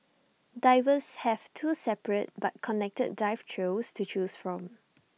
divers have two separate but connected dive trails to choose from